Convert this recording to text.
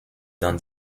dans